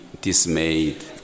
dismayed